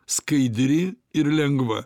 skaidri ir lengva